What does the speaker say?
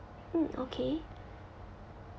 mm okay